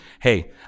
hey